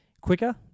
quicker